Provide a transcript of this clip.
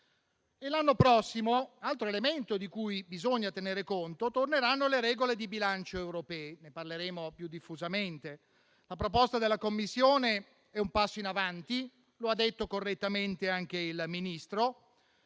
L'anno prossimo peraltro - altro elemento di cui bisogna tenere conto - torneranno le regole di bilancio europee, di cui parleremo più diffusamente. La proposta della Commissione è un passo in avanti; lo ha detto correttamente anche il Ministro.